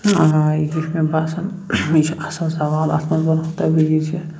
آ یہِ چھُ مےٚ باسان یہِ چھُ اصٕل سَوال اتھ منٛز ونہو تۄہہِ بہٕ یہِ اِنسان